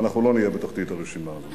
ואנחנו לא נהיה בתחתית הרשימה הזו.